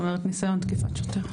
זאת אומרת ניסיון תקיפת שוטר,